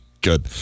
good